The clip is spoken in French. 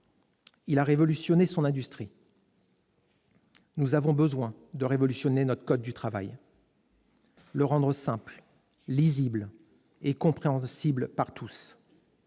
Il a révolutionné son industrie. Nous avons besoin de révolutionner notre code du travail, de le rendre simple, lisible et compréhensible par tous.